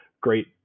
great